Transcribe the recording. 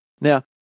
Now